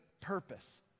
purpose